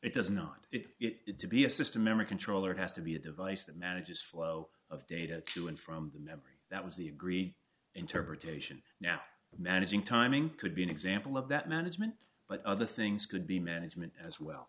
it does not it to be a system memory controller it has to be a device that manages flow of data to and from memory that was the agreed interpretation now managing timing could be an example of that management but other things could be management as well